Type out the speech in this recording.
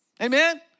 Amen